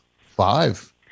five